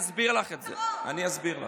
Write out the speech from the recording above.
אני אסביר לך את זה, אני אסביר לך.